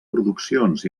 produccions